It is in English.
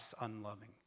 unloving